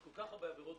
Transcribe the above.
עם כל כך הרבה עבירות.